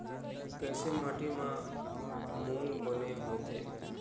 कइसे माटी म मूंग बने होथे?